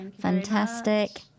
fantastic